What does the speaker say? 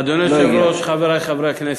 אדוני היושב-ראש, חברי חברי הכנסת,